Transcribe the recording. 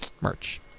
merch